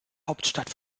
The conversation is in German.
hauptstadt